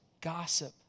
gossip